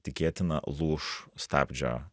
tikėtina lūš stabdžio